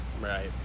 Right